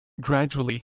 Gradually